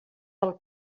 del